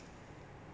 toxic